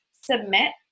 submit